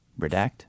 redact